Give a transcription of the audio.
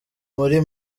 muri